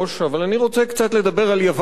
אבל אני רוצה קצת לדבר על יוון,